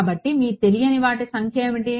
కాబట్టి మీ తెలియని వాటి సంఖ్య ఏమిటి